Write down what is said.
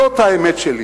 זאת האמת שלי,